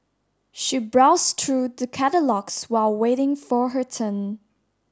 she browsed through the catalogues while waiting for her turn